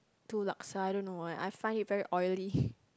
~to laksa I don't know why I find it very oily